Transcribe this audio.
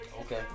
Okay